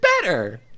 better